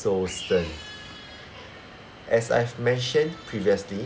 so stern as I've mentioned previously